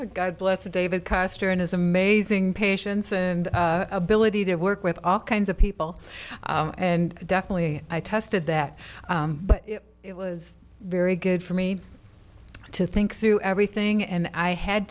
hours god bless david kastor and his amazing patience and ability to work with all kinds of people and definitely i tested that but it was very good for me to think through everything and i had